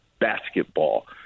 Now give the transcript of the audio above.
basketball